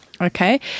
okay